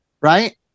Right